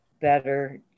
better